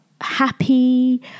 Happy